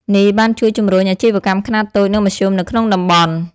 នេះបានជួយជំរុញអាជីវកម្មខ្នាតតូច និងមធ្យមនៅក្នុងតំបន់។